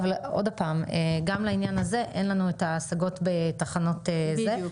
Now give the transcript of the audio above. אבל עוד הפעם: גם לעניין הזה אין לנו את ההשגות בתחנות רגילות.